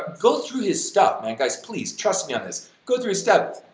go through his stuff man, guys, please, trust me on this go through his stuff,